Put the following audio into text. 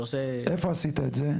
איפה עשית את זה?